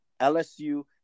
LSU